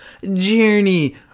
Journey